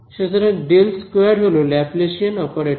সুতরাং del squared হলো Laplacian operator